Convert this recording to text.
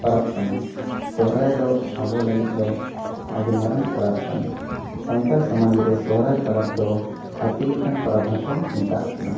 ᱯᱟᱨᱟᱵᱽ ᱠᱟᱱᱟ ᱥᱚᱦᱨᱟᱭ ᱫᱚ ᱟᱵᱚ ᱞᱟᱹᱜᱤᱫ ᱫᱚ ᱟᱹᱰᱤ ᱢᱟᱨᱟᱝ ᱯᱟᱨᱟᱵᱽ ᱠᱟᱱᱟ ᱥᱟᱱᱛᱟᱲ ᱥᱚᱢᱟᱡᱽ ᱨᱮ ᱥᱚᱨᱟᱭ ᱯᱟᱨᱟᱵᱽ ᱫᱚ ᱦᱟᱹᱛᱤ ᱞᱮᱠᱟᱱ ᱯᱟᱨᱟᱵᱽ ᱦᱚᱸᱠᱚ ᱢᱮᱛᱟᱜ ᱠᱟᱱᱟ